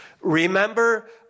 Remember